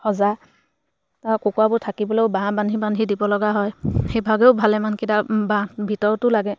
সঁজা তাৰপাছত কুকুৰাবোৰ থাকিবলৈও বাঁহ বান্ধি বান্ধি দিব লগা হয় সেইভাগেও ভালেমানকেইটা বাঁহ ভিতৰটো লাগে